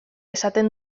esaten